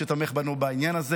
שתומך בנו בעניין הזה.